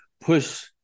push